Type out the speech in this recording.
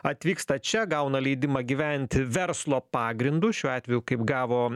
atvyksta čia gauna leidimą gyventi verslo pagrindu šiuo atveju kaip gavo